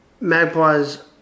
Magpies